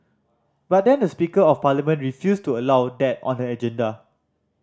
but then the speaker of parliament refused to allow that on the agenda